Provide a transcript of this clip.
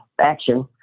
action